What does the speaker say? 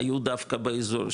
היו דווקא באזור,